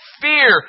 fear